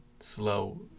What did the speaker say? slow